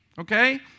Okay